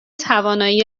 توانایی